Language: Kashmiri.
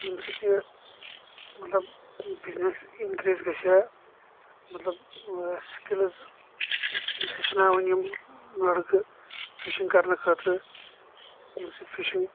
ییٚمۍ سۭتۍ یہِ مطلب یہِ بِزنس اِن کریٖز گژھِ ہا مطلب سِکلز ہیٚچھناوٕنۍ یِم لڑکہٕ فشنٛگ کرنہٕ خٲطرٕ ییٚمہِ سۭتۍ فشنٛگ